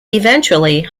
eventually